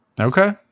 Okay